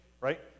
right